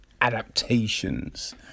adaptations